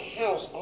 house